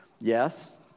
yes